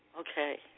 Okay